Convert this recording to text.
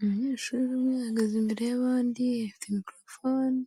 Umunyeshuri umwe ahagaze imbere y'abandi afite mikorofone,